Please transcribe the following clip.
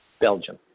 Belgium